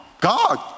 God